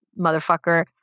motherfucker